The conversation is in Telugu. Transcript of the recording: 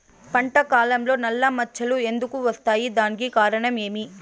పంట కాలంలో నల్ల మచ్చలు ఎందుకు వస్తాయి? దానికి కారణం ఏమి?